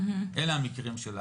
אלה המקרים.